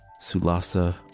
Sulasa